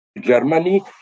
Germany